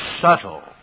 subtle